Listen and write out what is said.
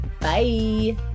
Bye